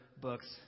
books